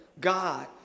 God